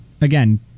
Again